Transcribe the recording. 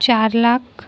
चार लाख